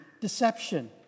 deception